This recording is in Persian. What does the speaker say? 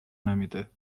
نمیده